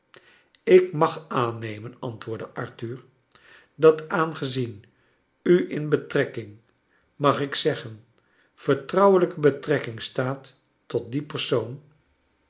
ik mag aannemen antwoordde arthur dat aangezien u in betrekking mag ik zeggen vertrouwelijke betrekking staat tot dien persoon